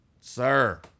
Sir